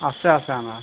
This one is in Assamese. আছে আছে অ